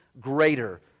greater